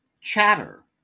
Chatter